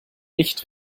nicht